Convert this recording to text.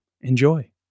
enjoy